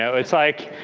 yeah it's like